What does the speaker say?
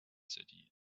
city